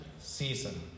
season